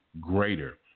greater